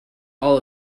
all